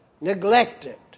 Neglected